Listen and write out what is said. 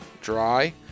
dry